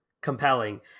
compelling